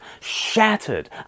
shattered